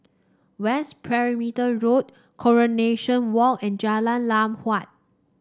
West Perimeter Road Coronation Walk and Jalan Lam Huat